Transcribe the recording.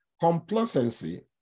Complacency